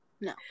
no